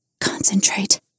Concentrate